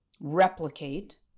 replicate